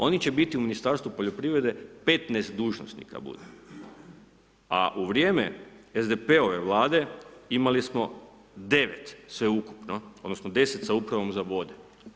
Oni će biti u Ministarstvu poljoprivrede 15 dužnosnika bude a u vrijeme SDP-ove Vlade imali smo 9 sveukupno odnosno 10 sa Upravom za vode.